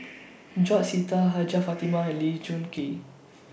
George Sita Hajjah Fatimah and Lee Choon Kee